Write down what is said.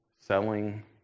selling